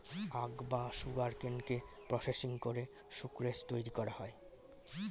আখ বা সুগারকেনকে প্রসেসিং করে সুক্রোজ তৈরি করা হয়